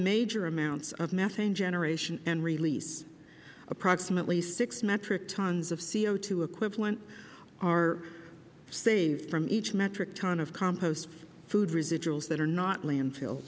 major amounts of methane generation and release approximately six metric tons of co equivalent are saved from each metric ton of compost food residuals that are not landfill